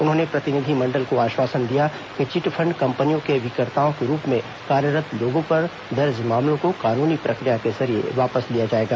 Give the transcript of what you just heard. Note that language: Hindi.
उन्होंने प्रतिनिधि मंडल को आश्वासन दिया कि चिटफंड कम्पनियों के अभिकर्ताओं के रूप में कार्यरत लोगों पर दर्ज मामलों को कानूनी प्रक्रिया के जरिए वापस लिया जाएगा